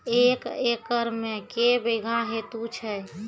एक एकरऽ मे के बीघा हेतु छै?